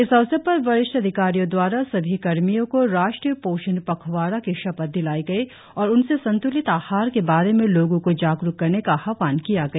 इस अवसर पर वरिष्ठ अधिकारियों दवारा सभी कर्मियों को राष्ट्रीय पोषण पखवाड़ा की शपथ दिलाई गई और उनसे संत्लित आहार के बारे में लोगो को जागरुक करने का आहवान किया गया